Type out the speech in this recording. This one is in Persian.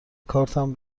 کارتم